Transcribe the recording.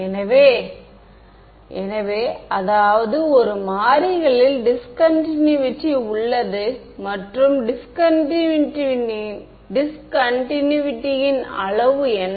எனவே எனவே அதாவது ஒரு மாறிகளில் டிஸ்கன்டினேவிட்டி உள்ளது மற்றும் டிஸ்கன்டினேவிட்டி ன் அளவு என்ன